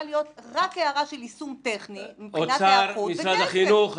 להיות רק הערה של יישום טכני מבחינת היערכות וכסף.